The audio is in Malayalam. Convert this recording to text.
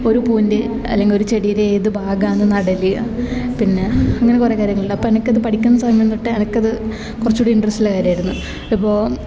ഒരു പൂവിൻ്റെ അല്ലെങ്കിൽ ഒരു ചെടീടെ ഏത് ഭാഗാന്ന് നടല് പിന്നെ അങ്ങനെ കുറെ കാര്യങ്ങളുണ്ട് അപ്പം എനിക്കത് പഠിക്കുന്ന സമയം തൊട്ടേ എനിക്കത് കുറച്ചും കൂടി ഇൻട്രസ്റ്റുള്ള കാര്യം ആയിരുന്നു ഇപ്പോൾ